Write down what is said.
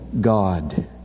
God